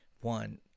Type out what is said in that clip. One